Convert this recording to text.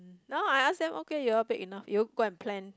now I ask them okay you all big enough you go and plan